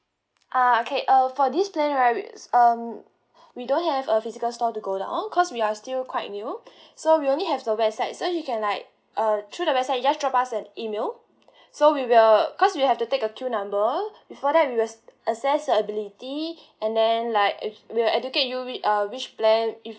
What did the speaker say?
uh okay uh for this plan right it's um we don't have a physical store to go down cause we are still quite new so we only have the website so you can like uh through the website you just drop us an email so we will cause we have to take a queue number before that we was assess uh ability and then like if we'll educate you which uh which plan is